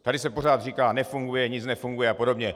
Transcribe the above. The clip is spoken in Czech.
Tady se pořád říká nefunguje, nic nefunguje a podobně.